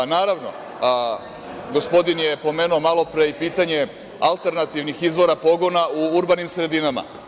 Naravno, gospodin je pomenuo malopre i pitanje alternativnih izvora pogona u urbanim sredinama.